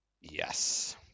Yes